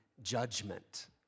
Judgment